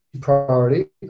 priority